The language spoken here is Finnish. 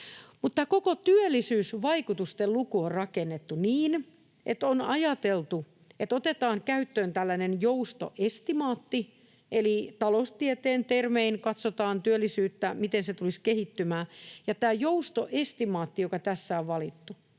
koko työllisyysvaikutusten luku on rakennettu niin, että on ajateltu, että otetaan käyttöön tällainen joustoestimaatti eli, taloustieteen termein, katsotaan työllisyyttä, miten se tulisi kehittymään. Tämä joustoestimaatti, joka tässä on valittu,